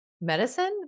medicine